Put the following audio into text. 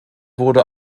wurde